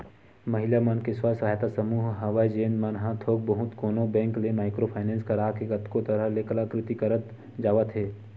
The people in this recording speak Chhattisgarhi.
महिला मन के स्व सहायता समूह हवय जेन मन ह थोक बहुत कोनो बेंक ले माइक्रो फायनेंस करा के कतको तरह ले कलाकृति करत जावत हे